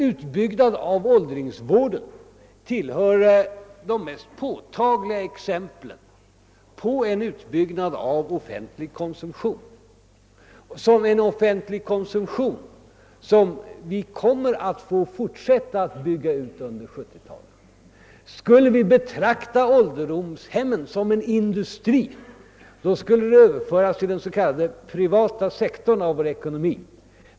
Utbyggnaden av åldringsvården tillhör det mest påtagliga exemplet på en utbyggnad av offentlig konsumtion och en offentlig konsumtion som vi kommer att få fortsätta att bygga ut på 1970-talet. Skulle vi betrakta ålderdomshemmen som en industri skulle den överföras till den s.k. privata sektorn av ekonomin.